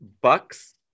Bucks